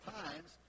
times